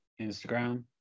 Instagram